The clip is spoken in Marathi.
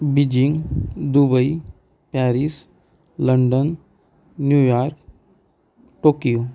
Beijing Dubai Paris London New York Tokyo